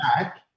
back